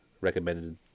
recommended